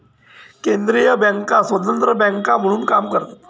केंद्रीय बँका स्वतंत्र बँका म्हणून काम करतात